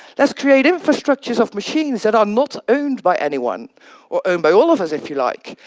let's create infrastructures of machines that are not owned by anyone or owned by all of us, if you like.